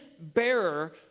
bearer